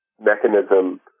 mechanism